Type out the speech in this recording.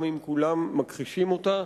גם אם כולם מכחישים אותה,